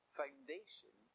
foundation